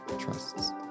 trusts